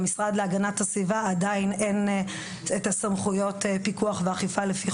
למשרד להגנת הסביבה עדיין אין את סמכויות הפיקוח והאכיפה לפי